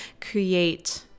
create